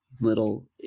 little